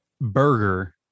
burger